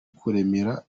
kuremera